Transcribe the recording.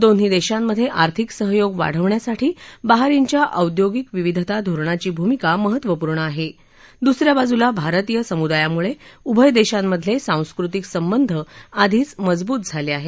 दोन्ही देशांमध्ये आर्थिक सहकार्य वाढवण्यासाठी बहरीनच्या औद्योगिक विविधता धोरणाचे भूमिका महत्वपूर्ण आहे दुसऱ्या बाजूला भारतीय समुदायामुळे उभय देशांमधले सांस्कृतिक संबंध आधीच मजबूत झाले आहेत